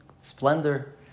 splendor